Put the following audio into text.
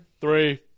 three